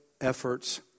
efforts